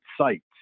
sites